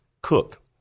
Cook